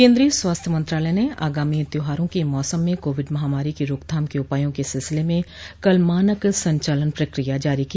केन्द्रीय स्वास्थ्य मंत्रालय ने आगामी त्यौहारों के मौसम में कोविड महामारी की रोकथाम के उपायों के सिलसिले में कल मानक संचालन प्रक्रिया जारी की